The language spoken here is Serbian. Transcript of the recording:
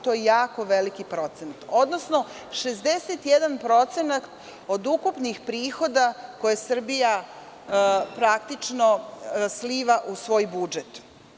To je jako veliki procenat, odnosno 61% od ukupnih prihoda koje Srbija praktično sliva u svoj budžet.